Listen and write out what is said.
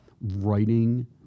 writing